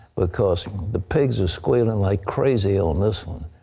because the pigs are squealing like crazy on this one.